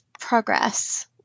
progress